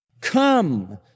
come